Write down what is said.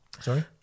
Sorry